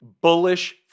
bullish